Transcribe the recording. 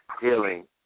healing